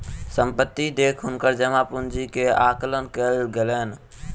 संपत्ति देख हुनकर जमा पूंजी के आकलन कयल गेलैन